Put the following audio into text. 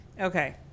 okay